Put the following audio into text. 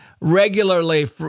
regularly